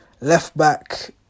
left-back